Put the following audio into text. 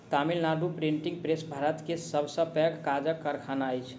Tamil Nadu printing press Bharat के सब से पैघ कागजक कारखाना अछि